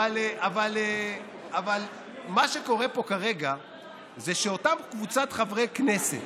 אבל מה שקורה פה כרגע זה שאותה קבוצת חברי כנסת